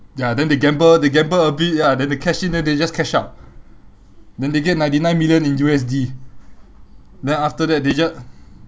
ya then they gamble they gamble a bit ya then they cash in then they just cash out then they get ninety nine million in U_S_D then after that they just